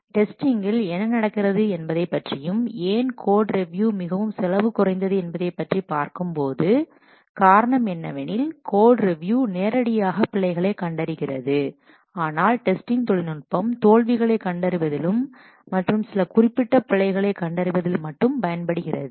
testing இல் என்ன நடக்கிறது என்பதை பற்றியும் ஏன் கோட்ரிவியூ மிகவும் செலவு குறைந்தது என்பது பற்றி பார்க்கும்போது காரணம் என்னவெனில் கோட்ரிவியூ நேரடியாக பிழைகளை கண்டறிகிறது ஆனால் டெஸ்டிங் தொழில்நுட்பம் தோல்விகளை கண்டறிவதிலும் மற்றும் சில குறிப்பிட்ட பிழைகளை கண்டறிவதில் மட்டுமே பயன்படுகிறது